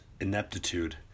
ineptitude